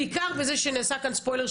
בעיקר בזה שנעשה כאן ספוילר,